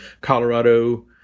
Colorado